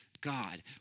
God